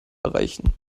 erreichen